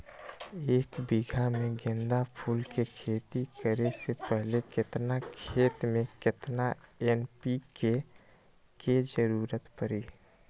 एक बीघा में गेंदा फूल के खेती करे से पहले केतना खेत में केतना एन.पी.के के जरूरत परी?